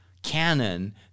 canon